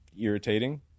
irritating